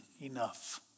enough